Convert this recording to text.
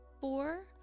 four